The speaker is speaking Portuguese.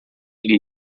lhe